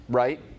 right